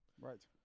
Right